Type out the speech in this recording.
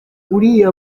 uriya